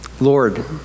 Lord